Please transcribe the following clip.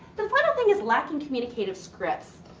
the final thing is lacking communicative scripts.